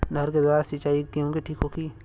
नहर के द्वारा सिंचाई गेहूँ के ठीक होखि?